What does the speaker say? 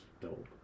dope